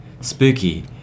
Spooky